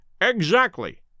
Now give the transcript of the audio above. Exactly